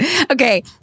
Okay